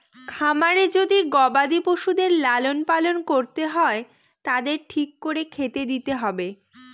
খামারে যদি গবাদি পশুদের লালন পালন করতে হয় তাদের ঠিক করে খেতে দিতে হবে